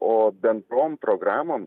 o bendrom programom